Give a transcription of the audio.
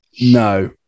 No